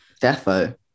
Defo